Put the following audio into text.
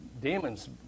demons